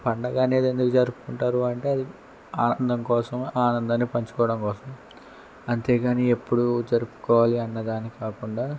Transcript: పండుగ అనేది ఎందుకు జరుపుకుంటారు అంటే అది ఆనందం కోసం ఆనందాన్ని పంచుకోడం కోసం అంతేగాని ఎప్పుడూ జరుపుకోవాలి అన్నదాన్ని కాకుండా